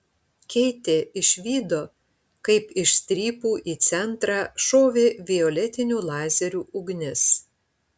keitė išvydo kaip iš strypų į centrą šovė violetinių lazerių ugnis